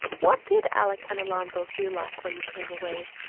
what did alec and alonzo feel like when you came away?